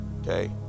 okay